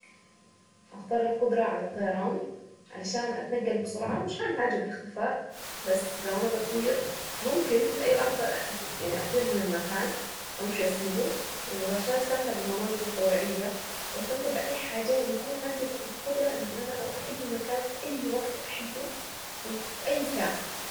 هختار القدرة على الطيران، علشان اتنقل بسرعة مش هعمل حاجة بالاختفاء، بس لو انا بطير ممكن في اي لحظة اختفي، يعني اطير من المكان وامشي اسيبه، وعشان استمتع بالمناظر الطبيعية، واستمتع باي حاجة ويكون عندي القدرة انه انا اروح اي مكان في اي وقت احبه وفي اي ساعة.